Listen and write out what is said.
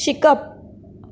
शिकप